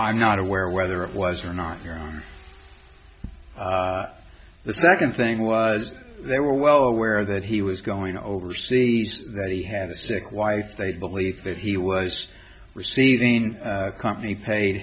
i'm not aware whether it was or not here on the second thing was they were well aware that he was going overseas that he had a sick wife they believe that he was receiving company paid